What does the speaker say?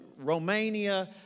Romania